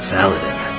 Saladin